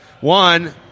One